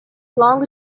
longer